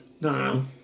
No